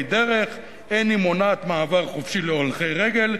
דרך ואין היא מונעת מעבר חופשי להולכי רגל,